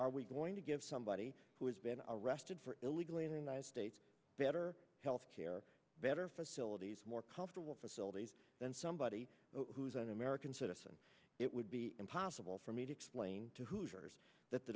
are we going to give somebody who has been arrested for illegally in the united states better health care better facilities more comfortable facilities than somebody who is an american citizen it would be impossible for me to explain t